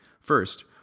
First